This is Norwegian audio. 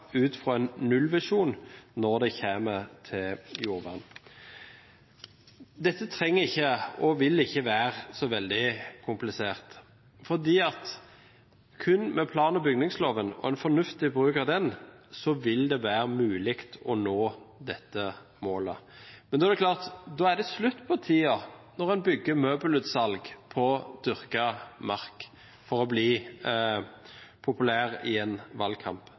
ut fra en nullvisjon når det gjelder jordvern. Dette trenger ikke og vil ikke være så veldig komplisert, for kun med plan- og bygningsloven og en fornuftig bruk av den vil det være mulig å nå dette målet. Men det er klart at da er det slutt på tiden da en bygger møbelutsalg på dyrket mark for å bli populær i en valgkamp.